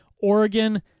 Oregon